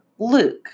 Luke